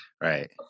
right